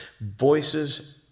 voices